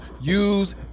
use